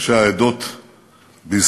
ראשי העדות בישראל,